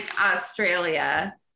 Australia